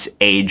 age